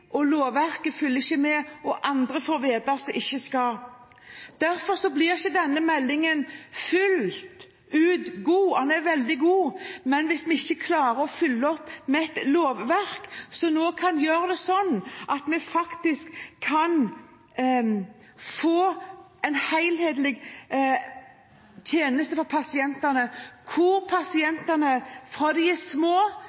og lovverket ikke følger med og andre, som ikke skal få vite, får vite. Derfor blir ikke denne meldingen fullt ut god. Den er veldig god, men vi må klare å følge opp med et lovverk som kan gjøre det sånn at vi faktisk kan få en helhetlig tjeneste for pasientene, hvor pasientene – fra de er små